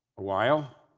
a while